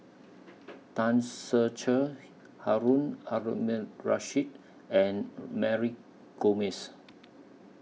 Tan Ser Cher Harun Aminurrashid and Mary Gomes